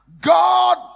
God